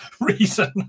reason